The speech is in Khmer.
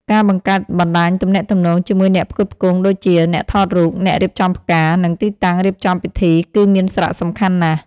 ការ បង្កើតបណ្តាញទំនាក់ទំនង ជាមួយអ្នកផ្គត់ផ្គង់ដូចជា អ្នកថតរូប អ្នករៀបចំផ្កា និងទីតាំងរៀបចំពិធីគឺមានសារៈសំខាន់ណាស់។